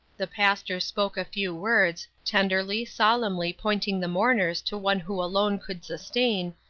the pastor spoke a few words, tenderly, solemnly pointing the mourners to one who alone could sustain,